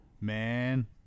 man